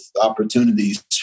opportunities